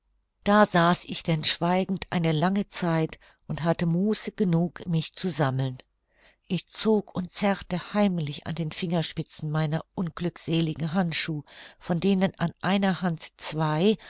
da saß ich denn schweigend eine lange zeit und hatte muße genug mich zu sammeln ich zog und zerrte heimlich an den fingerspitzen meiner unglückseligen handschuh von denen an einer hand zwei